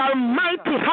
Almighty